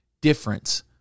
difference